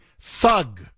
thug